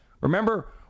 Remember